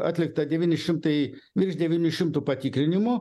atlikta devyni šimtai virš devynių šimtų patikrinimų